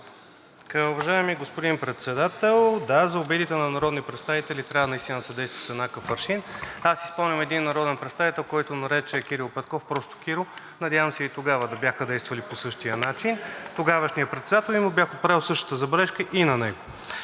Уважаеми господин Председател, да, за обидите на народни представители трябва наистина да се действа с еднакъв аршин. Аз си спомням един народен представител, който нарече Кирил Петков „просто Киро“, надявам се, и тогава да бяха действали по същия начин – тогавашният председател, и му бях отправил същата забележка и на него.